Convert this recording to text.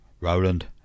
Roland